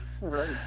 right